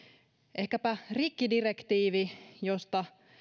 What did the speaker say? ehkäpä rikkidirektiivi josta